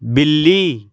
ਬਿੱਲੀ